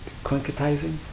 concretizing